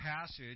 passage